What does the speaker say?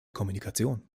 kommunikation